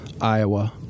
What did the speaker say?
Iowa